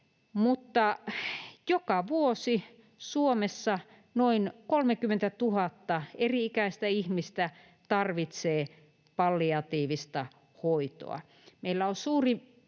mutta joka vuosi Suomessa noin 30 000 eri-ikäistä ihmistä tarvitsee palliatiivista hoitoa.